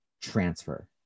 transfer